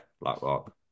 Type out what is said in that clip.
Blackrock